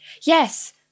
yes